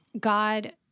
God